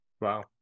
Wow